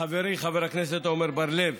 חברי חבר הכנסת עמר בר-לב